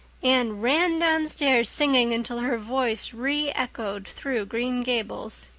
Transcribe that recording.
anne ran downstairs singing until her voice reechoed through green gables.